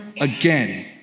again